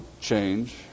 change